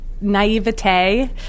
naivete